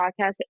podcast